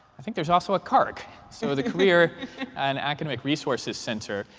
i think there's also a carc so the career and academic resources center.